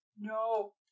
No